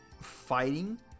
fighting